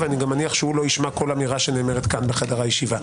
ואני גם מניח שהוא לא ישמע כל אמירה שנאמרת כאן בחדר הישיבה.